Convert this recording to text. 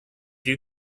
you